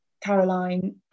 Caroline